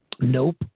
Nope